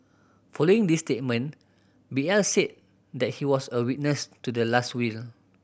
following this statement B L said that he was a witness to the last will